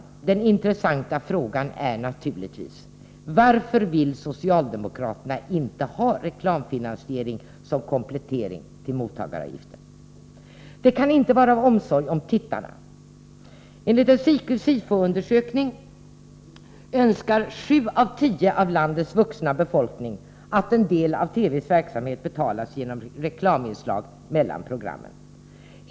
Den intressanta frågan är naturligtvis: Varför vill socialdemokraterna inte ha reklamfinansiering som komplettering till mottagaravgiften? Det kan inte vara av omsorg om tittarna. Enligt en SIFO-undersökning bland landets vuxna befolkning önskar sju av tio att en del av TV:s verksamhet betalas genom reklaminslag mellan programmen.